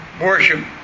worship